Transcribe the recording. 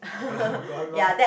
gone lor